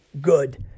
good